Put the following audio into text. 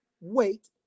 wait